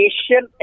Asian